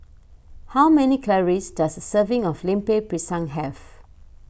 how many calories does a serving of Lemper Pisang have